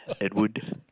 Edward